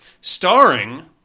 Starring